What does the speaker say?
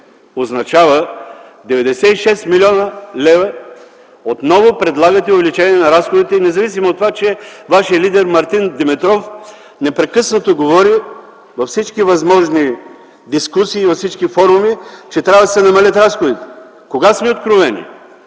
означава 96 млн. лв. Отново предлагате увеличение на разходите, независимо от това, че вашият лидер Мартин Димитров непрекъснато говори във всички възможни дискусии, на всички форуми, че трябва да се намалят разходите. Кога сме откровени?